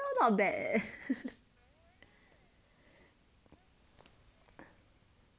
not bad leh